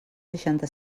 seixanta